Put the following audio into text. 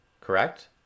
correct